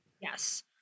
Yes